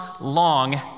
long